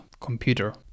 computer